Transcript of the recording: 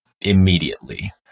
immediately